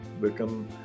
become